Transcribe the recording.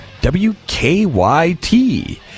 WKYT